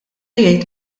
jgħid